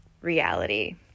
reality